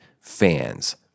fans